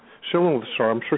sure